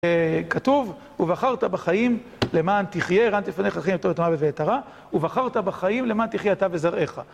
כתוב, ובחרת בחיים למען תחייה, ראה נתתי לפניך את החיים ואת הטוב את המוות ואת הרע, ובחרת בחיים למען תחייה אתה וזרעך.